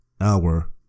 hour